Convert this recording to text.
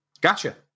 Gotcha